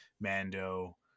Mando